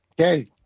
Okay